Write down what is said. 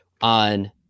on